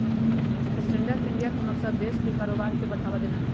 stand up India के मकसद देश में कारोबार के बढ़ावा देना हइ